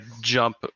jump